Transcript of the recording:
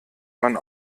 man